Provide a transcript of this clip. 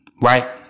right